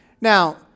Now